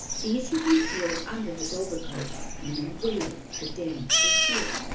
these he concealed under his overcoat and then waited for danny to appear.